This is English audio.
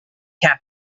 cabin